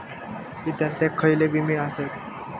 विद्यार्थ्यांका खयले विमे आसत?